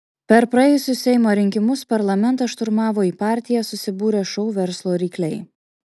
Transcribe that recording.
per praėjusius seimo rinkimus parlamentą šturmavo į partiją susibūrę šou verslo rykliai